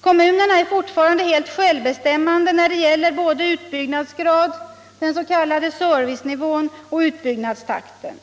Kommunerna är fortfarande helt självbestämmande när det gäller både utbyggnadsgrad — den s.k. servicenivån - och utbyggnadstakten,